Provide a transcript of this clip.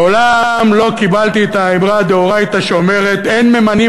מעולם לא קיבלתי את האמרה דאורייתא שאומרת: אין ממנים